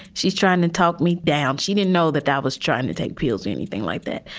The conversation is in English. she's trying to talk me down. she didn't know that that was trying to take pills or anything like that.